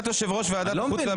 אני לא מבין.